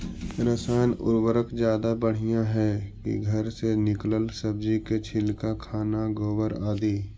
रासायन उर्वरक ज्यादा बढ़िया हैं कि घर से निकलल सब्जी के छिलका, खाना, गोबर, आदि?